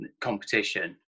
competition